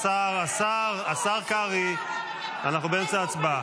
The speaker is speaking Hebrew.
השר קרעי, אנחנו באמצע ההצבעה.